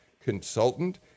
consultant